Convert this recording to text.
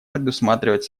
предусматривать